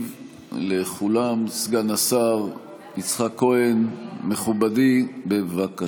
ולא מתגמלים בכלל עסקים שהחזיקו עובדים גם בימי הסגר.